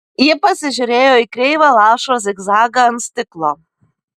ji pasižiūrėjo į kreivą lašo zigzagą ant stiklo